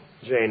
Jane